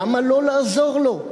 למה לא לעזור לו?